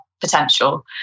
potential